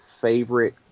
favorite